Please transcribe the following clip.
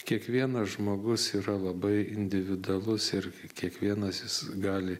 kiekvienas žmogus yra labai individualus ir kiekvienas jis gali